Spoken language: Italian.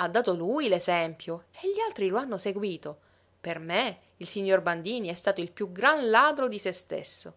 ha dato lui l'esempio e gli altri lo hanno seguito per me il signor bandini è stato il piú gran ladro di se stesso